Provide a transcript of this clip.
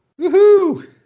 Woohoo